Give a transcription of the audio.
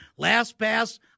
LastPass